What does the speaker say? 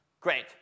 Great